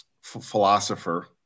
philosopher